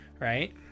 Right